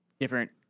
different